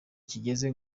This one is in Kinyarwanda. kigeze